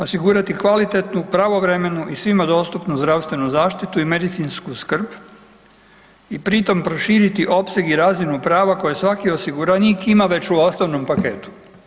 Osigurati kvalitetnu, pravovremenu i svima dostupnu zaštitu i medicinsku skrb i pri tom proširiti opseg i razinu prava koje svaki osiguranik ima već u osnovnom paketu.